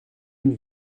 une